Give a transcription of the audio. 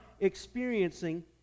experiencing